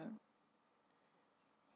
mm